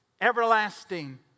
everlasting